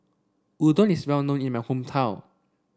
Udon is well known in my hometown